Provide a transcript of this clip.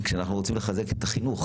כשאנחנו רוצים לחזק את החינוך